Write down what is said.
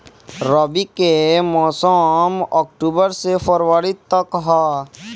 रबी के मौसम अक्टूबर से फ़रवरी तक ह